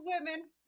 women